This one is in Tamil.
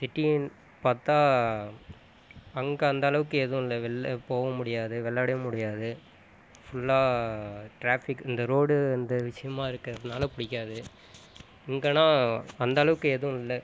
சிட்டின்னு பார்த்தா அங்கே அந்த அளவுக்கு எதுவும் இல்லை வெள்ள போகம் முடியாது விள்ளாடவும் முடியாது ஃபுல்லா டிராஃபிக் இந்த ரோடு இந்த விஷியமாக இருக்கிறதனால பிடிக்காது இங்கேன்னா அந்த அளவுக்கு எதுவும் இல்லை